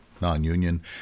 non-union